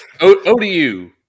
ODU